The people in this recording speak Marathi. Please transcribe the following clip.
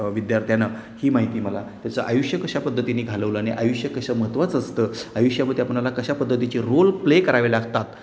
विद्यार्थ्यांना ही माहिती मला त्याचं आयुष्य कशा पद्धतीने घालवलं आणि आयुष्य कशा महत्वाचं असतं आयुष्यामध्ये आपणाला कशा पद्धतीचे रोल प्ले करावे लागतात